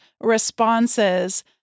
responses